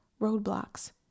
roadblocks